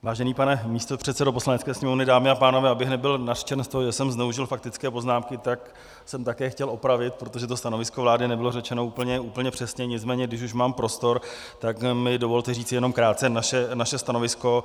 Vážený pane místopředsedo Poslanecké sněmovny, dámy a pánové, abych nebyl nařčen z toho, že jsem zneužil faktické poznámky, tak jsem také chtěl opravit, protože to stanovisko vlády nebylo řečeno úplně přesně, nicméně když už mám prostor, tak mi dovolte říct jenom krátce naše stanovisko.